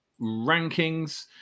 rankings